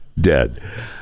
dead